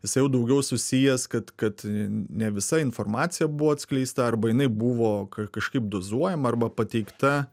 jisai jau daugiau susijęs kad kad ne visa informacija buvo atskleista arba jinai buvo kažkaip dozuojama arba pateikta